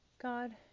God